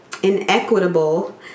Inequitable